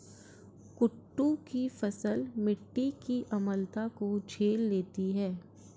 कुट्टू की फसल मिट्टी की अम्लता को झेल लेती है